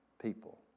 people